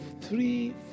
three